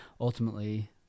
ultimately